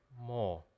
more